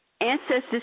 ancestors